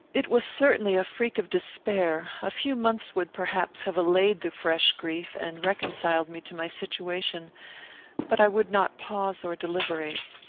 it was certainly a freak of despair. a few months would, perhaps, have allayed the fresh grief, and reconciled me to my situation but i would not pause or deliberate.